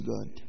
God